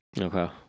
Okay